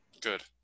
Good